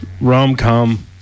Rom-com